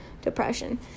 depression